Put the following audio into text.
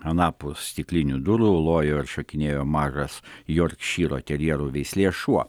anapus stiklinių durų lojo ir šokinėjo mažas jorkšyro terjerų veislės šuo